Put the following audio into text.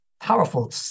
powerful